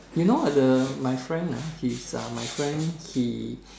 you know the my friend ah he's uh my friend he